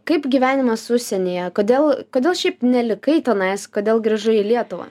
kaip gyvenimas užsienyje kodėl kodėl šiaip nelikai tenais kodėl grįžai į lietuvą